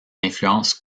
influence